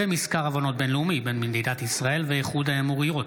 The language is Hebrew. מזכר הבנות בין-לאומי בין מדינת ישראל לאיחוד האמירויות,